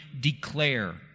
declare